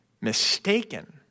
mistaken